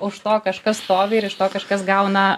už to kažkas stovi ir iš to kažkas gauna